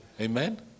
Amen